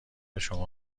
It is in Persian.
شما